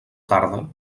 tarda